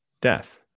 death